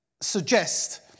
suggest